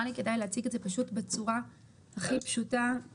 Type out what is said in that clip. לי שכדאי להציג את זה בצורה הכי פשוטה.